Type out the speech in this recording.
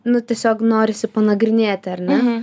nu tiesiog norisi panagrinėti ar ne